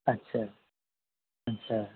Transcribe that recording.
अच्छा अच्छा